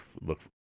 look